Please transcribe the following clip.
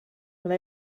when